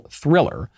thriller